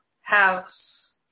house